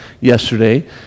yesterday